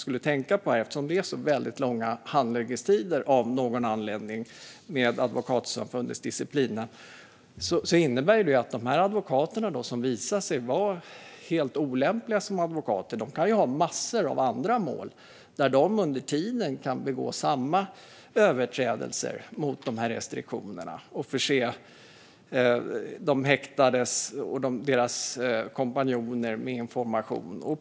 Eftersom det av någon anledning är väldigt långa handläggningstider i Advokatsamfundets disciplinnämnd kan de advokater som visar sig vara olämpliga ha massor av andra mål och kan under tiden fortsätta att begå överträdelser mot restriktionerna och förse de häktade och deras kompanjoner med information.